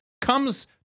comes